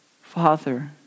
Father